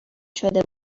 شده